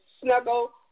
snuggle